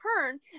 turn